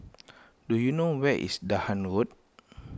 do you know where is Dahan Road